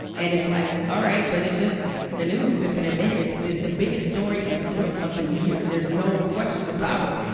and it's like, all right, but it's just the news. it's an event. it's the biggest story in sports of the year. there's no question about it.